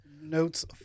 notes